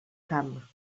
camp